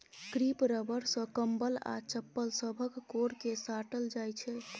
crepe rubber सँ कंबल आ चप्पल सभक कोर केँ साटल जाइ छै